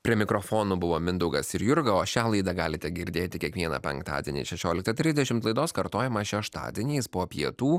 prie mikrofonų buvo mindaugas ir jurga o šią laidą galite girdėti kiekvieną penktadienį šešioliktą trisdešimt laidos kartojimą šeštadieniais po pietų